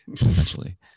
Essentially